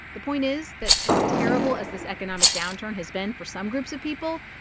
the point is that as terrible as this economic downturn has been for some groups of people,